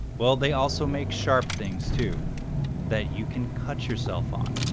well they also make sharp things too that you can cut yourself on.